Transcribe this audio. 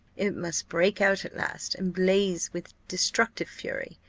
it must break out at last, and blaze with destructive fury.